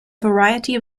variety